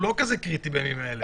הוא לא כזה קריטי בימים האלה.